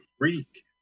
Freak